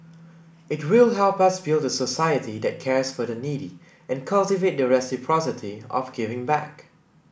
it will help us build a society that cares for the needy and cultivate the reciprocity of giving back